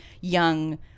young